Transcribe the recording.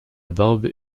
barbe